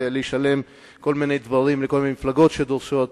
לשלם כל מיני דברים לכל מיני מפלגות שדורשות,